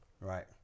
right